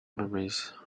memories